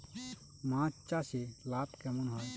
মাছ চাষে লাভ কেমন হয়?